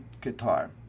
guitar